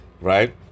Right